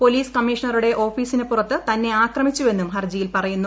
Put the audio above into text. police കമ്മീഷണറുടെ ഓഫീസിനു പുറത്തു തന്നെ ആക്രമിച്ചുവെന്നും ഹർജിയിൽ പറയുന്നു